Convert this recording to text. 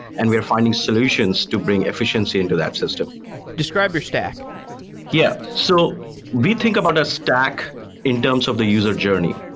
and we're finding solutions to bring efficiency into that system describe your stack yeah. so we think about a stack in terms of the user journey.